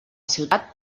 ciutat